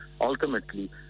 ultimately